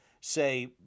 say